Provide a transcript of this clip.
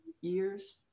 years